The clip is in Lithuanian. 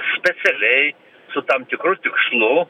specialiai su tam tikru tikslu